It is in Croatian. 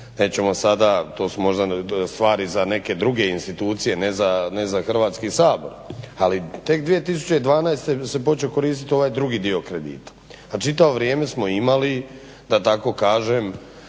nećemo sada. To su možda stvari za neke druge institucije ne za Hrvatski sabor. Ali, tek 2012. se počeo koristiti ovaj drugi dio kredita a čitavo vrijeme smo imali da tako kažem